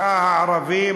הערבים,